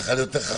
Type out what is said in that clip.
צריכה להיות חכמה.